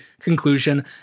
conclusion